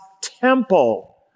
temple